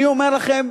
אני אומר לכם,